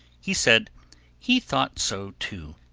he said he thought so too,